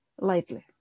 lightly